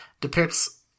depicts